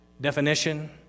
definition